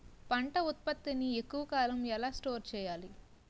పంట ఉత్పత్తి ని ఎక్కువ కాలం ఎలా స్టోర్ చేయాలి?